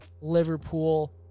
Liverpool